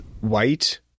white